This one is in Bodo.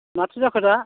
माथो जाखो दा